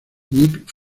nick